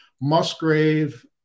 Musgrave